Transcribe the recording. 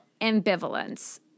ambivalence